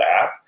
app